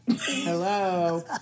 Hello